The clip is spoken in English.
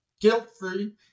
guilt-free